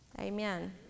Amen